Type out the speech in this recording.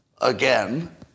again